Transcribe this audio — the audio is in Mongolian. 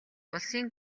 улсын